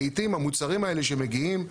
לעיתים המוצרים האלה שמגיעים,